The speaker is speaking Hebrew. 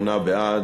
אם כן, בעד,